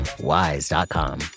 WISE.com